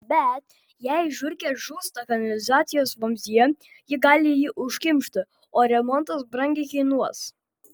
bet jei žiurkė žūsta kanalizacijos vamzdyje ji gali jį užkimšti o remontas brangiai kainuos